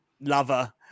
lover